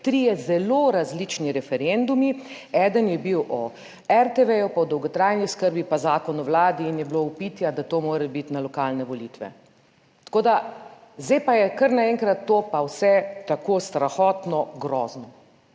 trije zelo različni referendumi. Eden je bil o RTV, pa o dolgotrajni oskrbi, pa Zakon o Vladi in je bilo vpitja, da to mora biti na lokalne volitve, tako, da zdaj pa je kar naenkrat to pa vse tako strahotno, grozno.